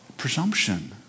Presumption